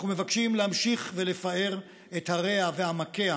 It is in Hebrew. אנחנו מבקשים להמשיך ולפאר את הריה ועמקיה,